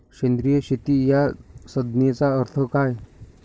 सेंद्रिय शेती या संज्ञेचा अर्थ काय?